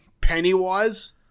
Pennywise